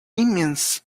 immense